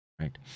Right